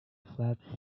flat